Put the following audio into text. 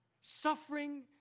Suffering